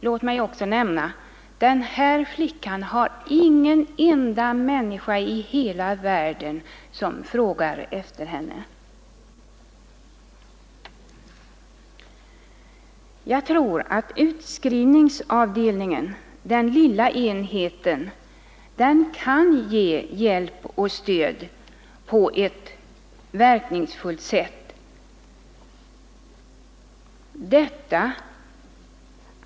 Låt mig också nämna att den här flickan inte har någon enda människa i hela världen som frågar efter henne. Jag tror att utskrivningsavdelningen, den lilla enheten, kan ge hjälp och stöd på ett verkningsfullt sätt.